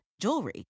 jewelry